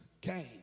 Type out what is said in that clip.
came